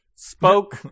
Spoke